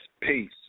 Peace